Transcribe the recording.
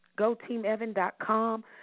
GoTeamEvan.com